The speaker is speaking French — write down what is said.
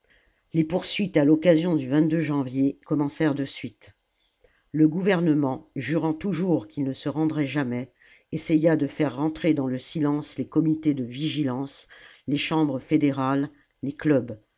les poursuites à l'occasion du janvier commencèrent de suite le gouvernement jurant toujours qu'il ne se rendrait jamais essaya de faire rentrer dans le silence les comités de vigilance les chambres fédérales les clubs